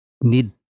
need